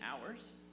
hours